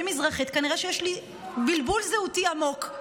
מזרחית כנראה שיש לי בלבול זהותי עמוק.